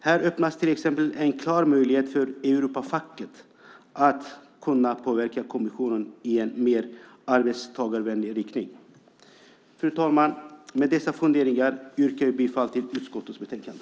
Här öppnas till exempel en klar möjlighet för Europafacket att påverka kommissionen i en mer arbetstagarvänlig riktning. Fru talman! Med dessa funderingar yrkar jag bifall till utskottets utlåtande.